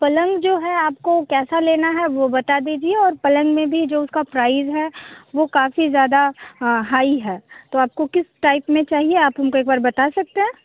पलंग जो है आपको कैसा लेना है वह बता दीजिए और पलंग में भी जो उसका प्राइस है वह काफ़ी ज़्यादा हाई है तो आपको किस टाइप में चाहिए आप हमको एक बार बता सकते हैं